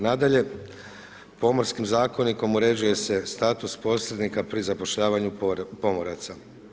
Nadalje, Pomorskim zakonikom uređuje se status posrednika pri zapošljavanju pomoraca.